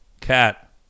Cat